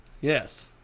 Yes